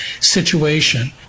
situation